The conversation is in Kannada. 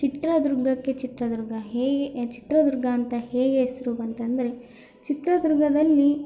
ಚಿತ್ರದುರ್ಗಕ್ಕೆ ಚಿತ್ರದುರ್ಗ ಹೇಗೆ ಎ ಚಿತ್ರದುರ್ಗ ಅಂತ ಹೇಗೆ ಹೆಸರು ಬಂತು ಅಂದರೆ ಚಿತ್ರದುರ್ಗದಲ್ಲಿ